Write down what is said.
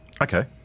Okay